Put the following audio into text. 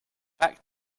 back